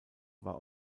war